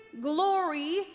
glory